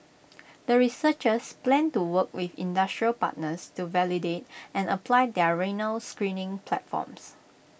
the researchers plan to work with industrial partners to validate and apply their renal screening platforms